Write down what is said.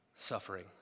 suffering